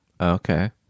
Okay